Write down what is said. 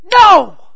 No